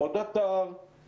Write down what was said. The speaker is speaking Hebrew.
עוד אתר,